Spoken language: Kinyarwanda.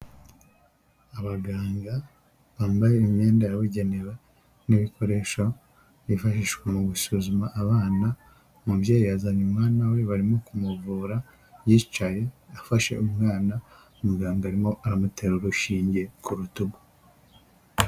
Abaganga bambaye imyenda yabugenewe n'ibikoresho byifashishwa mu gusuzuma abana, umubyeyi yazanye umwana we barimo kumuvura yicaye afashe umwana, umuganga arimo aramutera urushinge ku rutugu.